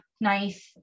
nice